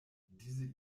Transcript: diese